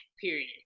period